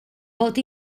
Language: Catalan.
pot